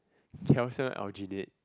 calcium Algenate